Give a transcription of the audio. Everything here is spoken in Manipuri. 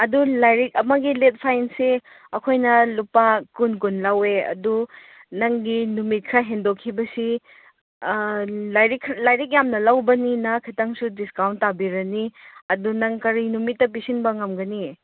ꯑꯗꯨ ꯂꯥꯏꯔꯤꯛ ꯑꯃꯒꯤ ꯂꯦꯠ ꯐꯥꯏꯟꯁꯦ ꯑꯩꯈꯣꯏꯅ ꯂꯨꯄꯥ ꯀꯨꯟ ꯀꯨꯟ ꯂꯧꯋꯦ ꯑꯗꯨ ꯅꯪꯒꯤ ꯅꯨꯃꯤꯠ ꯈꯔ ꯍꯦꯟꯗꯣꯛꯈꯤꯕꯁꯤ ꯑꯥ ꯂꯥꯏꯔꯤꯛ ꯌꯥꯝꯅ ꯂꯧꯕꯅꯤꯅ ꯈꯤꯇꯪꯁꯨ ꯗꯤꯁꯀꯥꯎꯟ ꯇꯥꯕꯤꯔꯅꯤ ꯑꯗꯨ ꯅꯪ ꯀꯔꯤ ꯅꯨꯃꯤꯠꯇ ꯄꯤꯁꯤꯟꯕ ꯉꯝꯒꯅꯤ